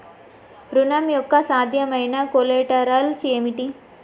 ఋణం యొక్క సాధ్యమైన కొలేటరల్స్ ఏమిటి?